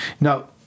Now